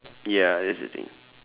ya that's the thing